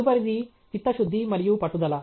తదుపరిది చిత్తశుద్ధి మరియు పట్టుదల